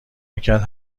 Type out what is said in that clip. میکرد